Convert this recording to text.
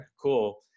Cool